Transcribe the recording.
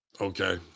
Okay